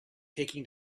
taking